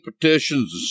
petitions